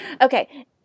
Okay